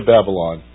Babylon